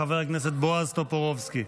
חבר הכנסת בועז טופורובסקי.